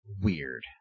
Weird